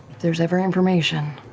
there's ever information,